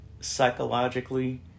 psychologically